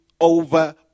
over